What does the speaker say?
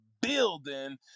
building